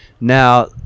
Now